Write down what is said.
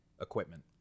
equipment